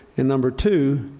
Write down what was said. and number two,